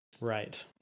right